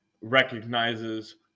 recognizes